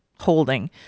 holding